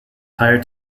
higher